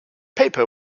paper